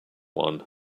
one